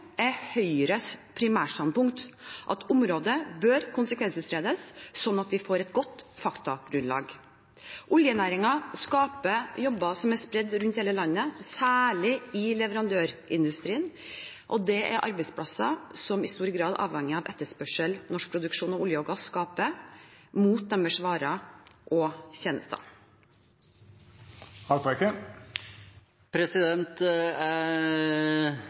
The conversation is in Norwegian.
er Høyres primærstandpunkt at området bør konsekvensutredes, slik at vi får et godt faktagrunnlag. Oljenæringen skaper jobber som er spredt rundt i hele landet, særlig i leverandørindustrien. Dette er arbeidsplasser som i stor grad avhenger av etterspørselen norsk produksjon av olje og gass skaper etter deres varer og tjenester. Jeg takker for ikke-svaret, for jeg